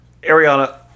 Ariana